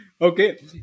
Okay